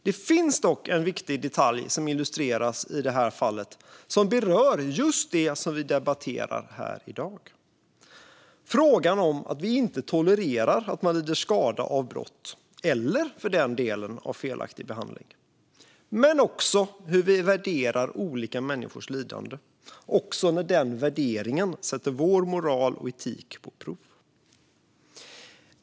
Det finns dock en viktig detalj som illustreras i det här fallet som berör just det vi debatterar här i dag. Det gäller att vi inte tolererar att man lider skada av brott eller för den delen av felaktig behandling men också hur vi värderar olika människors lidande, även när den värderingen sätter vår moral och etik på prov.